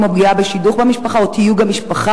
כמו פגיעה בשידוך במשפחה או תיוג המשפחה